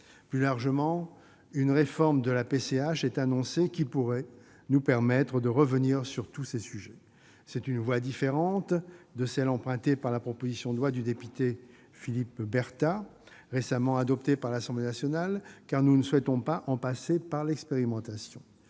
Plus largement, une réforme de la PCH est annoncée, elle pourrait nous permettre de revenir sur tous ces sujets. C'est une voie différente de celle empruntée par la proposition de loi du député Philippe Berta, récemment adoptée par l'Assemblée nationale, car nous ne souhaitons pas en passer par l'expérimentation.